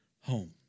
home